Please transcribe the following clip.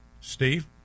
Steve